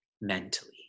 mentally